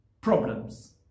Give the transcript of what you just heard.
problems